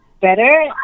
better